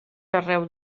arreu